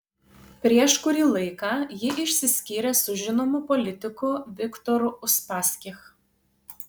prieš kurį laiką ji išsiskyrė su žinomu politiku viktoru uspaskich